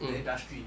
the industry